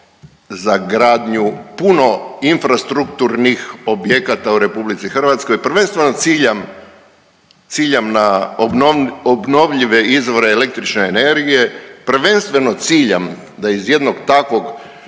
za gradnju puno infrastrukturnih objekata u RH, prvenstveno ciljam, ciljam na obnovljive izvore električne energije. Prvenstveno ciljam da iz jednog takvog